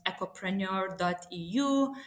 ecopreneur.eu